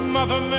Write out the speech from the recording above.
Mother